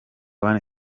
one